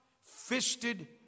fisted